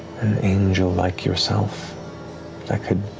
angel like yourself that could